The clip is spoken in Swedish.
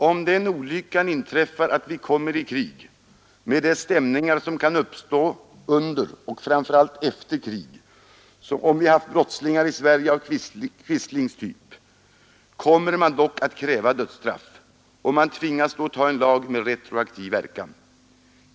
Om den olyckan inträffar att vi kommer i krig, med de stämningar som kan uppstå under och framför allt efter krig om vi haft brottslingar i Sverige av Quislings typ, kommer man dock att kräva dödsstraff, och man tvingas då ta en lag med retroaktiv verkan.